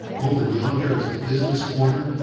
over yonder is the business quarter,